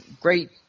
great